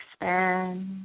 expand